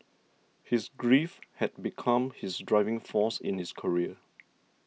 his grief had become his driving force in his career